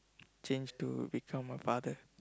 change to become a father